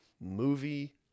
movie